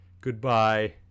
Goodbye